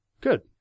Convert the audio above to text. Good